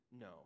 No